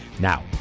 Now